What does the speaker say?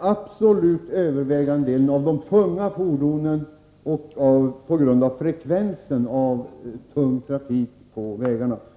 absolut övervägande del åstadkoms av de tunga fordonen och frekvensen av tung trafik på vägarna.